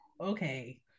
okay